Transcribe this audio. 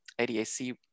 ADAC